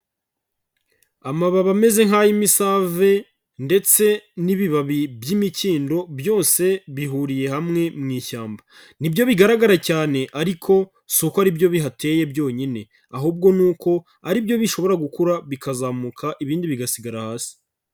Amababi ameze nk'ay'imisave ndetse n'ibibabi by'imikindo byose bihuriye hamwe mu ishyamba, ni byo bigaragara cyane ariko si uko ari byo bihateye byonyine ahubwo ni uko ari byo bishobora gukura bikazamuka ibindi bigasigara hasi.